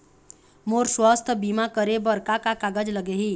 मोर स्वस्थ बीमा करे बर का का कागज लगही?